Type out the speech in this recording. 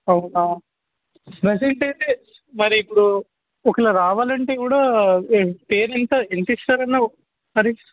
అవునా మెసేజ్ పెడితే మరి ఇప్పుడు ఒకవేళ రావాలంటే కూడా ఫెయిర్ ఇంకా ఎంత ఇస్తారన్న మరి